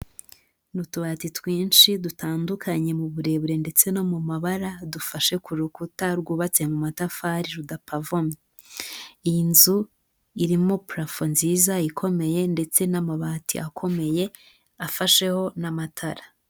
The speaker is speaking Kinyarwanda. Ni utubati twinshi dutandukanye mu burebure ndetse no mu mabara dufashe ku rukuta rwubatse mu matafari rudapavomye, iyi nzu irimo purafo nziza ikomeye ndetse n'amabati akomeye afasheho n'amatara.